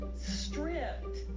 stripped